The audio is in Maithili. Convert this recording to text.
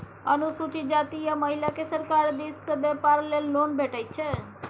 अनुसूचित जाती आ महिलाकेँ सरकार दिस सँ बेपार लेल लोन भेटैत छै